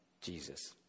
Jesus